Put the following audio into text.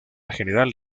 general